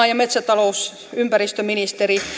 ja ympäristöministeri